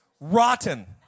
Rotten